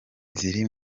ziri